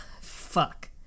Fuck